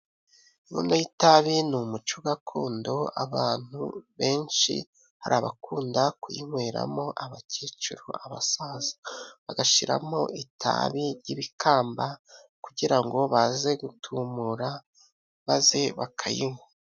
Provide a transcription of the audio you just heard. Inkono y'itabi ni umuco gakondo, abantu benshi hari abakunda kuyinyweramo, abakecuru, abasaza bagashyiramo itabi ry'ibikamba, kugira ngo baze gutumura, maze bakarinywa.